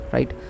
Right